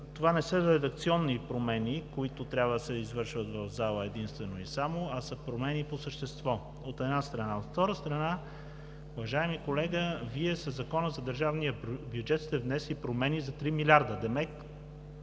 това не са редакционни промени, които трябва да се извършват в зала единствено и само, а са промени по същество. Това, от една страна. От втора страна, уважаеми колега, Вие със Закона за държавния бюджет сте внесли промени за 3 милиарда.